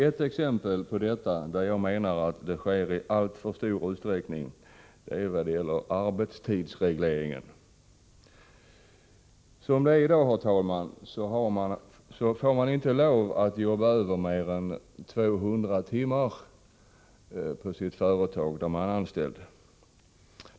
Ett exempel på detta är arbetstidsregleringen. I dag, herr talman, får man inte lov att jobba över mer än 200 timmar på det företag där man är anställd.